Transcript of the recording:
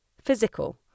physical